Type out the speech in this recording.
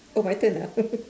oh my turn ah